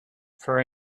for